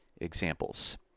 examples